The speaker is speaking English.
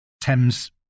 Thames